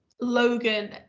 Logan